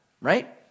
right